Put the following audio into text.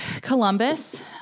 Columbus